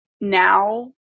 now